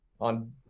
on